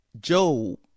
Job